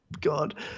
god